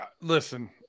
Listen